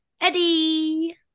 Eddie